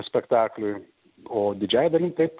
spektakliui o didžiąja dalim taip